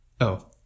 Oh